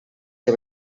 que